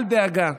אל דאגה.